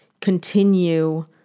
continue